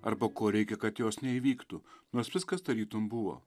arba ko reikia kad jos neįvyktų nors viskas tarytum buvo